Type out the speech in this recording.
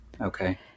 Okay